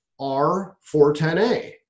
R410A